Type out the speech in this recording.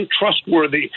untrustworthy